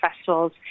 festivals